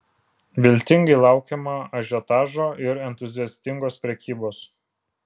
viltingai laukiama ažiotažo ir entuziastingos prekybos